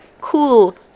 cool